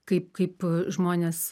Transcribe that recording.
kaip kaip žmonės